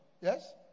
Yes